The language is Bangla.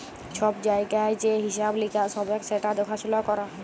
ছব জায়গায় যে হিঁসাব লিকাস হ্যবে সেট দ্যাখাসুলা ক্যরা